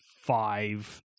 five